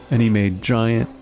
and he made giant,